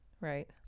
right